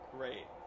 Great